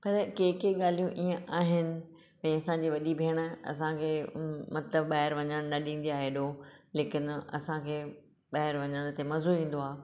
पर के के ॻाल्हियूं इएं आहिनि ऐं असांजी वॾी भेण असां खे मतिलबु ॿाहिर वञण न ॾींदी आहे हेॾो लेकिन असांखे ॿाहिर वञण ते मज़ो ईंदो आहे